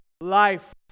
life